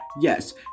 yes